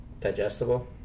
digestible